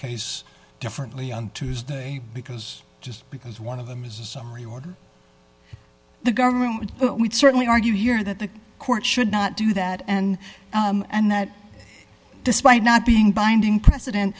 case differently on tuesday because just because one of them is a summary order the government but we certainly argue here that the court should not do that and and that despite not being binding precedent